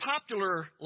popular